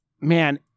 Man